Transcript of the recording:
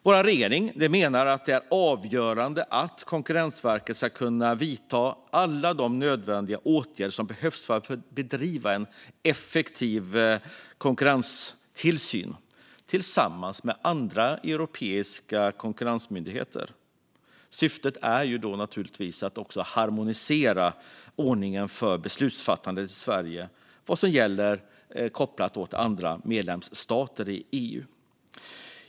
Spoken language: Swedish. Vår regering menar att det är avgörande att Konkurrensverket ska kunna vidta alla de nödvändiga åtgärder som behövs för att bedriva en effektiv konkurrenstillsyn tillsammans med andra europeiska konkurrensmyndigheter. Syftet är naturligtvis att harmonisera ordningen för beslutsfattandet i Sverige och vad som gäller kopplat till andra medlemsstater.